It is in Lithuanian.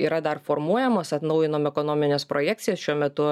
yra dar formuojamas atnaujinom ekonomines projekcijas šiuo metu